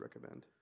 recommend